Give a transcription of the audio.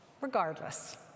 Regardless